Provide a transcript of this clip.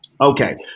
Okay